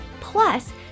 Plus